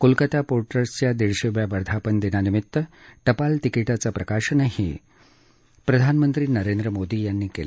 Kolkata port ट्रस्टच्या दीडशेव्या वर्धापन दिनानिमित्तानं टपाल तिकीटाचं प्रकाशनही प्रधानमंत्री नरेंद्र मोदी यांनी केलं